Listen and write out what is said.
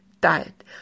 diet